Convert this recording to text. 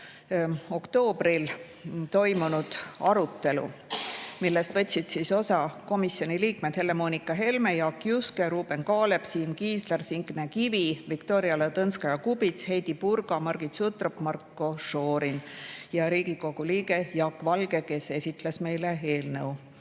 oktoobril toimunud arutelu, millest võtsid osa komisjoni liikmed Helle-Moonika Helme, Jaak Juske, Ruuben Kaalep, Siim Kiisler, Signe Kivi, Viktoria Ladõnskaja-Kubits, Heidy Purga, Margit Sutrop, Marko Šorin ja Riigikogu liige Jaak Valge, kes esitles meile eelnõu.